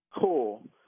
Cool